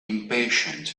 impatient